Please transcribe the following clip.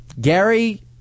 Gary